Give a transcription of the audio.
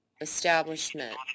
establishment